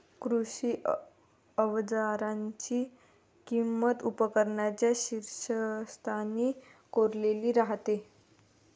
कृषी अवजारांची किंमत उपकरणांच्या शीर्षस्थानी कोरलेली राहते